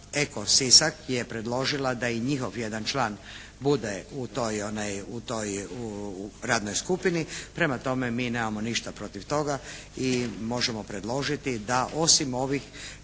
«Eko Sisak» je predložila da i njihov jedan član bude u toj radnoj skupini. Prema tome mi nemamo ništa protiv toga i možemo predložiti da osim ovih